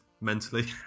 mentally